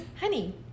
honey